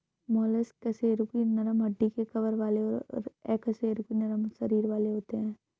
mollusc कशेरुकी नरम हड्डी के कवर वाले और अकशेरुकी नरम शरीर वाले होते हैं